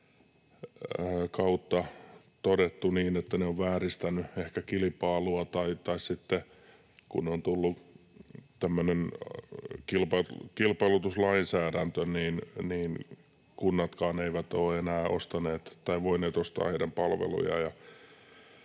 kautta todettu niin, että ne ovat vääristäneet ehkä kilpailua, tai sitten kun on tullut tämmöinen kilpailutuslainsäädäntö, niin kunnatkaan eivät ole enää voineet ostaa heidän palvelujaan.